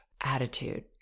attitude